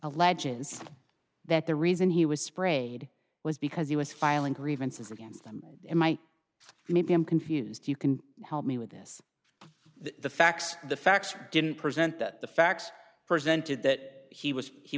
alleges that the reason he was sprayed was because he was filing grievances against them in my view maybe i'm confused you can help me with this the facts the facts didn't present that the facts presented that he was he